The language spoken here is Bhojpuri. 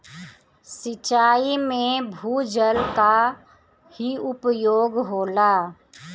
सिंचाई में भूजल क ही उपयोग होला